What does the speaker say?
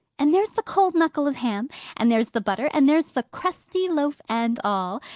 and there's the cold knuckle of ham and there's the butter and there's the crusty loaf, and all!